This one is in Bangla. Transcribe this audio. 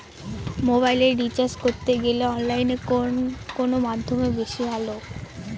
মোবাইলের রিচার্জ করতে গেলে অনলাইনে কোন মাধ্যম বেশি ভালো?